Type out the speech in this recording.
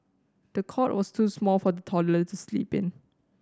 the cot was too small for the toddler to sleep in